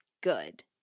good